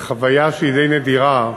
חוויתי חוויה שהיא די נדירה,